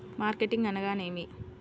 Marketing అనగానేమి?